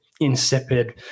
insipid